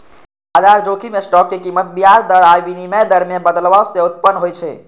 बाजार जोखिम स्टॉक के कीमत, ब्याज दर आ विनिमय दर मे बदलाव सं उत्पन्न होइ छै